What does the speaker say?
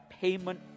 payment